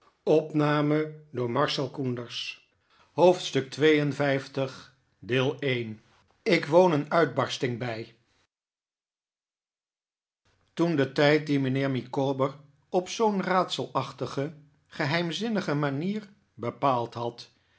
ik woon een uitbarsting bij toen de tijd dien mijnheer micawber op zoo'n raadselachtige geheimzinnige manier bepaald had